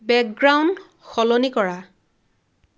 background সলনি কৰা